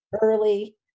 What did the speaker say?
early